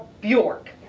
Bjork